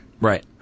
Right